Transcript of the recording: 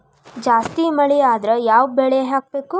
ಜಾಸ್ತಿ ಮಳಿ ಆದ್ರ ಯಾವ ಬೆಳಿ ಹಾಕಬೇಕು?